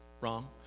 Wrong